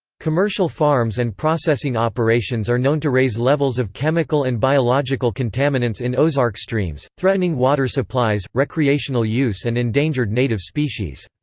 commercial farms farms and processing operations are known to raise levels of chemical and biological contaminants in ozark streams, threatening water supplies, recreational use and endangered native species.